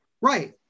right